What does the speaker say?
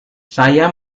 saya